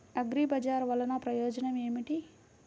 అగ్రిబజార్ వల్లన ప్రయోజనం ఏమిటీ?